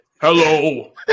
Hello